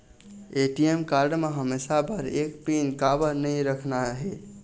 ATM card म हमेशा बर एक ठन पिन काबर नई रखना हे?